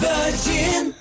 Virgin